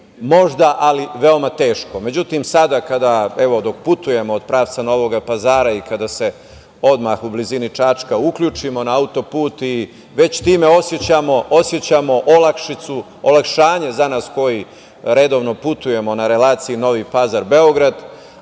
možda, ali veoma teško. Međutim, sada kada evo dok putujemo od pravca Novoga Pazara i kada se odmah u blizini Čačka uključimo na autoput, već time osećamo olakšicu, olakšanje za nas koji redovno putujemo na relaciji Novi Pazar – Beograd,